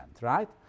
right